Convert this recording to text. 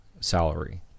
salary